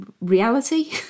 reality